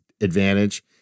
advantage